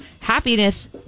Happiness